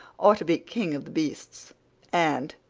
ought to be king of the beasts and,